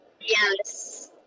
Yes